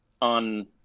on